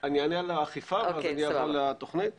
רק שייתנו לנו את החתימה בגנים הלאומיים שלנו.